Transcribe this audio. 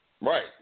Right